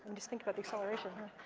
um just think about the acceleration, huh?